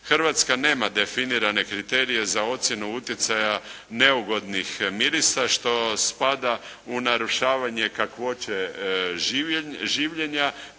Hrvatska nema definirane kriterije za ocjenu utjecaja neugodnih mirisa što spada u narušavanje kakvoće življenja.